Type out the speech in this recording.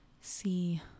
see